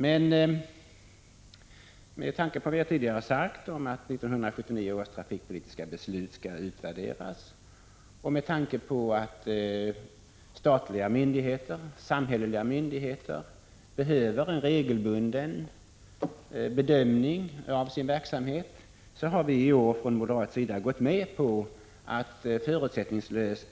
Men med tanke på vad jag tidigare sagt, att 1979 års trafikpolitiska beslut skall utvärderas, och med tanke på att samhälleliga myndigheter behöver en regelbunden bedömning av sin verksamhet, har vi i år från moderat sida gått med på att förutsättningslöst